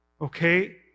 Okay